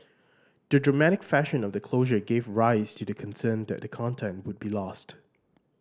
the dramatic fashion of the closure gave rise to the concern that the content would be lost